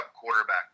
quarterback